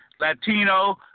Latino